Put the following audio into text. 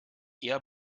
eher